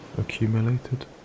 accumulated